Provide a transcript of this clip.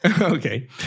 Okay